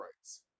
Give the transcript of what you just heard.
rights